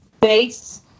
base